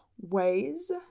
ways